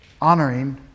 honoring